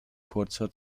kurzer